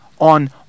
on